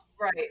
Right